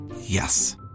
Yes